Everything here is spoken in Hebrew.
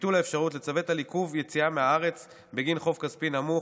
ביטול האפשרות לצוות על עיכוב יציאה מהארץ בגין חוב כספי נמוך),